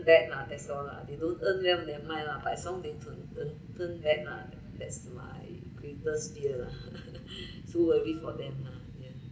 bad lah that's all lah they don't earn well never mind lah but as long they don't turn turn bad lah that's my greatest fear lah so worry for them lah ya